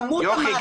כמות --- יוכי,